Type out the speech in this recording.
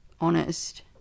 honest